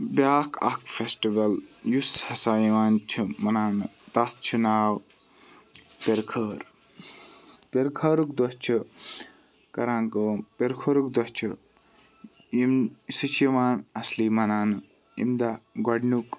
بیاکھ اَکھ فیٚسٹِول یُس ہَسا یِوان چھُ مَناونہٕ تَتھ چھُ ناو پِرٕ خٲر پِرٕ خٲرُک دۄہ چھِ کَران کٲم پِرٕ خٲرُک دۄہ چھِ یِم سُہ چھُ یِوان اَصلی مَناونہٕ یمہِ دۄہ گۄڈٕنیُک